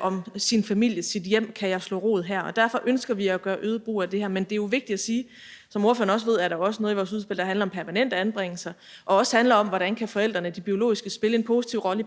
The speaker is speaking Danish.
om sin familie, om sit hjem: Kan jeg slå rod her? Og derfor ønsker vi at gøre øget brug af det her. Men det er jo vigtigt at sige, at som ordføreren også ved, er der også noget i vores udspil, der handler om permanent anbringelse og også handler om, hvordan de biologiske forældre kan spille en positiv rolle i barnets